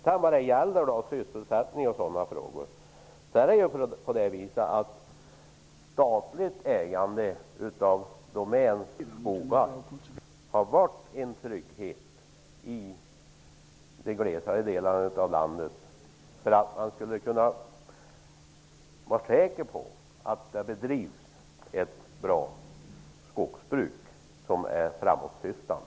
När det gäller syssesättning och sådana frågor har statligt ägande av Domäns skogar inneburit en trygghet i de glesare delarna av landet. Man kunde vara säker på att det bedrevs ett bra skogsbruk som var framåtsyftande.